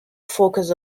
focus